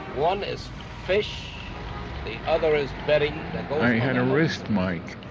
one is fish, the other is bedding i had a wrist mic.